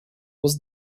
was